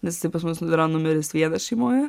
nes jisai pas mus yra numeris vienas šeimoje